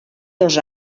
dos